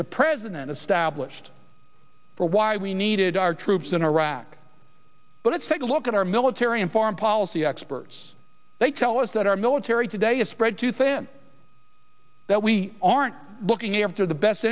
the president is stablished for why we needed our troops in iraq but it's take a look at our military and foreign policy experts they tell us that our military today is spread too thin that we aren't looking after the best